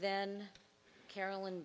then carolyn